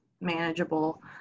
manageable